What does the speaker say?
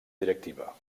directiva